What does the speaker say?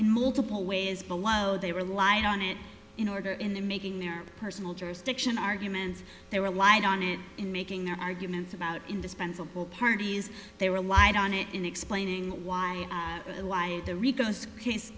multiple ways below they rely on it in order in the making their personal jurisdiction arguments they relied on it in making their arguments about indispensable parties they relied on it in explaining why and why the ricos case